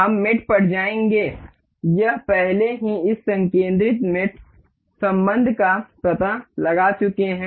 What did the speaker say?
हम मेट पर जाएंगे यह पहले ही इस संकिंद्रिक संबंध का पता लगा चुके है